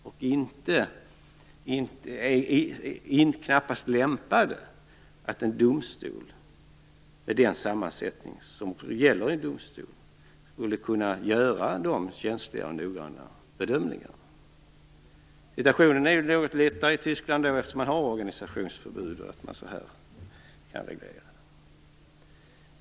Det är knappast lämpligt att en domstol, med den sammansättning som gäller i en domstol, skulle kunna göra de känsliga och noggranna bedömningarna. Situationen är något lättare i Tyskland, eftersom man har organisationsförbud som reglerar detta.